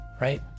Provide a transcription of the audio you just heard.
Right